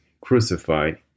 crucified